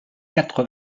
quatre